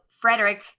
Frederick